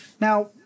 Now